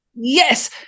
Yes